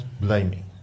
blaming